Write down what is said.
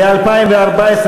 לשנת הכספים 2014,